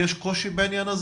יש קושי בעניין הזה?